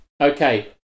okay